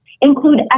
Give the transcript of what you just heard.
include